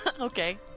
Okay